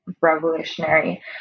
revolutionary